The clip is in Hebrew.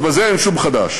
אז בזה אין שום חדש.